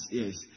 yes